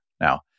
now